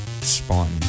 spawn